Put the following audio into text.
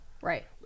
right